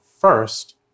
first